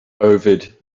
ovid